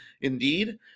indeed